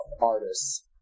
Artists